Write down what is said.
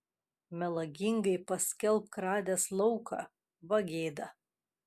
melagingai paskelbk radęs lauką va gėda